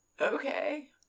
Okay